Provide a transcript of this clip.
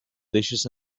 dishes